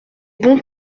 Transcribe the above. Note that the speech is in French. bons